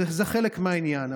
זה חלק מהעניין.